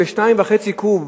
ו-2.5 קוב,